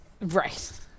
Right